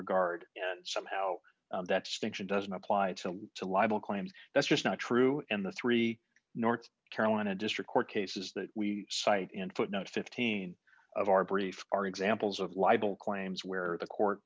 regard and somehow that's fiction doesn't apply to libel claims that's just not true in the three north carolina district court cases that we cite in footnote fifteen of our brief are examples of libel claims where the court